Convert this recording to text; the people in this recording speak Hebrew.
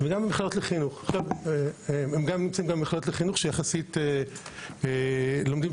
במכללות לחינוך שגם שם הם נמצאים ולומדים